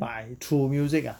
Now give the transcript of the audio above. by through music ah